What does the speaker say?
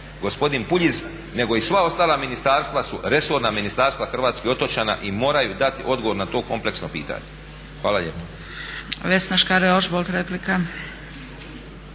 gospodin Puljiz, nego i sva ostala ministarstva su resorna ministarstva hrvatskih otočana i moraju dati odgovor na to kompleksno pitanje. Hvala lijepo.